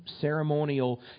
ceremonial